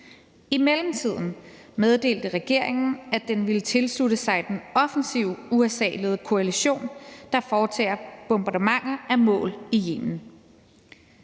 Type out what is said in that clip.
I mellemtiden meddelte regeringen, at den ville tilslutte sig den offensive USA-ledede koalition, der foretager bombardementer af mål i Yemen.